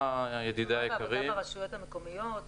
עבודה ברשויות המקומיות --- כן,